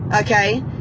okay